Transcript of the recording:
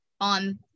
on